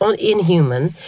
inhuman